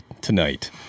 tonight